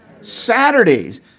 Saturdays